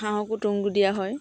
হাঁহকো তুঁহ দিয়া হয়